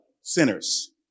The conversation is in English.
sinners